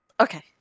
Okay